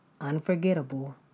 unforgettable